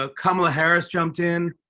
ah kamala harris jumped in.